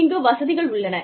இங்கு வசதிகள் உள்ளன